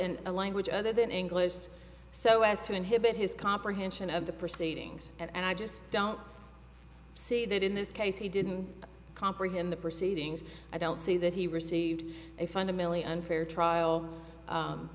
in a language other than english so as to inhibit his comprehension of the proceedings and i just don't see that in this case he didn't comprehend the proceedings i don't see that he received a fundamentally unfair trial